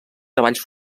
treballs